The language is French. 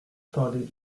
parlait